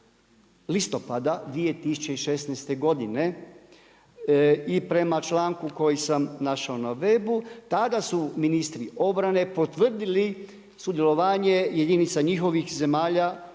listopada 2016. godine i prema članku koji sam našao na webu tada su ministri obrane potvrdili sudjelovanje jedinica njihovih zemalja